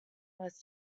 was